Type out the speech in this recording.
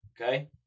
Okay